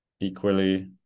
Equally